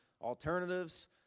alternatives